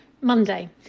Monday